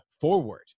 forward